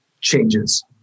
changes